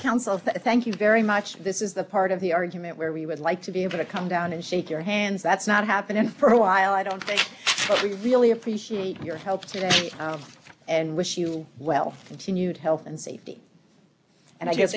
counsel thank you very much this is the part of the argument where we would like to be able to come down and shake your hand that's not happening for a while i don't think we really appreciate your help today and wish you well continued health and safety and i guess